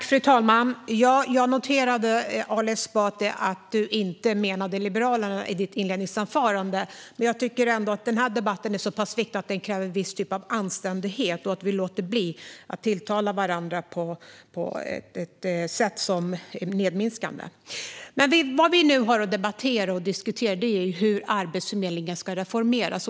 Fru talman! Jag noterade, Ali Esbati, att du inte menade Liberalerna i ditt inledningsanförande. Men jag tycker ändå att den här debatten är så pass viktig att den kräver en viss anständighet. Vi måste låta bli att tilltala varandra på ett förminskande sätt. Vad vi nu har att debattera och diskutera är hur Arbetsförmedlingen ska reformeras.